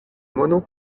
mono